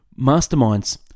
Masterminds